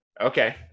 okay